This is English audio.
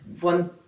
one